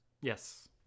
Yes